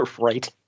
right